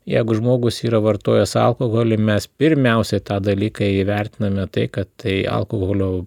jeigu žmogus yra vartojęs alkoholį mes pirmiausiai tą dalyką įvertiname tai kad tai alkoholio